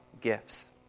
gifts